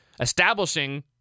establishing